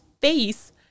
face